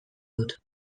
dut